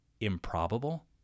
improbable